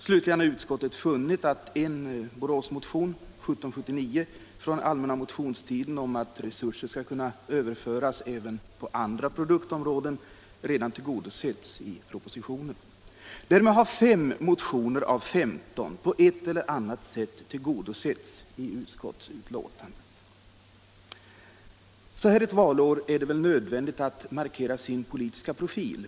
Slutligen har utskottet funnit att en Boråsmotion, 1779, från allmänna motionstiden om att resurser skall kunna överföras även till andra produktområden redan tillgodosetts i propositionen. Därmed har fem motioner av femton på ett eller annat sätt tillgodosetts i utskottsbetänkandet. Så här ett valår är det väl nödvändigt att markera sin politiska profil.